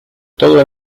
todo